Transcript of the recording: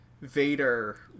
Vader